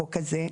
החוק הזה,